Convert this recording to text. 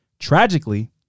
Tragically